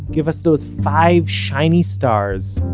give us those five shiny stars,